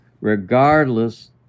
regardless